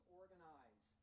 organize